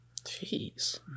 Jeez